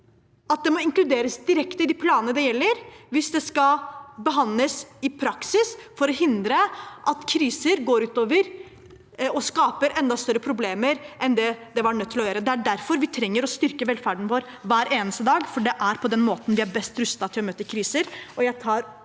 at det må inkluderes direkte i de planene det gjelder, hvis det skal behandles i praksis for å hindre at kriser går ut over dem og skaper enda større problemer enn det var nødt til å gjøre. Vi trenger å styrke velferden vår hver eneste dag, for det er på den måten vi er best rustet til å møte kriser.